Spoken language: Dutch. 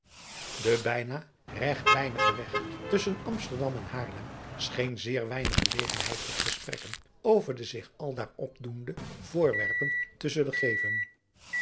de bijna regtlijnige weg tusschen amsterdam en haarlem scheen zeer weinig gelegenheid tot gesprekken over de zich aldaar opdoende voorwerpen te zullen geven